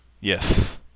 Yes